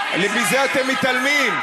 מזה אתם מתעלמים.